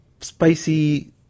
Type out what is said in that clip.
spicy